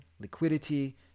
liquidity